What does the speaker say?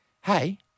hey